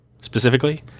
specifically